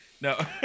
no